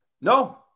No